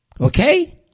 Okay